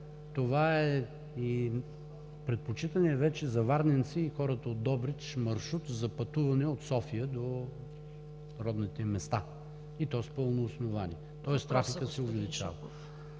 Това е предпочитаният вече за варненци и хората от Добрич маршрут за пътуване от София до родните им места, и то с пълно основание, тоест трафикът се увеличава.